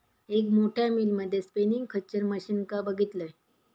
एक मोठ्या मिल मध्ये स्पिनींग खच्चर मशीनका बघितलंय